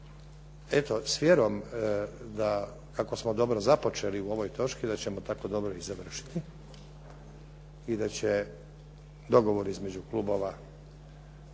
Eto s vjerom da kako smo dobro započeli u ovoj točki, da ćemo tako dobro i završiti i da će dogovor između klubova